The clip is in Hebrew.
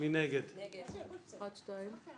סיעת המחנה הציוני לסעיף 1 לא אושרה